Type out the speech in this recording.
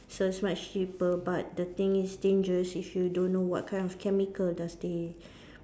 so it's much cheaper but the thing is dangerous if you don't know what kind of chemical does they